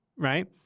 right